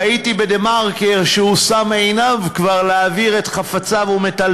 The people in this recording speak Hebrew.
ראיתי ב"דה-מרקר" שהוא כבר שם עיניו להעביר את